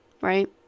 Right